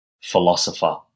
philosopher